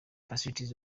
facilities